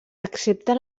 accepta